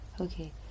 Okay